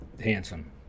handsome